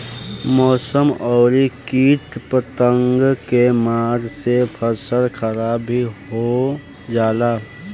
मौसम अउरी किट पतंगा के मार से फसल खराब भी हो जाला